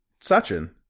Sachin